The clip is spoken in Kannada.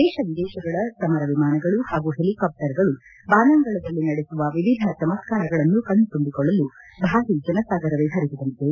ದೇಶ ವಿದೇಶಗಳ ಸಮರ ವಿಮಾನಗಳ ಹಾಗೂ ಹೆಲಿಕಾಪ್ಸರ್ಗಳು ಬಾನಂಗಳದಲ್ಲಿ ನಡೆಸುವ ವಿವಿಧ ಚಮತ್ಕಾರಗಳನ್ನು ಕಣ್ಣು ತುಂಬಿಕೊಳ್ಳಲು ಭಾರಿ ಜಿನಸಾಗರವೇ ಹರಿದು ಬಂದಿದೆ